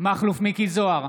מכלוף מיקי זוהר,